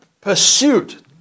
pursuit